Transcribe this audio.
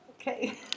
Okay